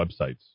websites